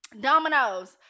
Dominoes